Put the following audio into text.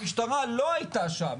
המשטרה לא הייתה שם,